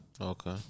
Okay